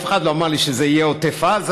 אף אחד לא אמר לי שזה יהיה עוטף עזה,